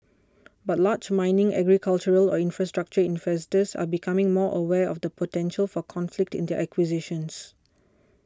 but large mining agricultural or infrastructure investors are becoming more aware of the potential for conflict in their acquisitions